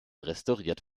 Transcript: restauriert